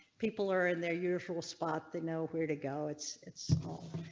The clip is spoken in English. people are in their usual spot that nowhere to go. it's it's all.